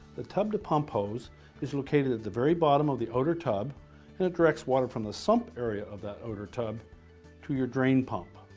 the tub-to-pump hose is located at the very bottom of the outer tub and it directs water from the sump area of that outer tub to your drain pump.